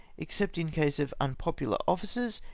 except in case of unpopular officers,